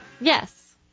Yes